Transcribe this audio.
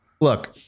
look